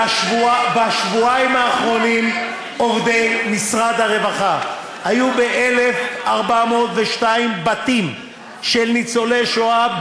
בשבועיים האחרונים עובדי משרד הרווחה היו ב-1,402 בתים של ניצולי שואה,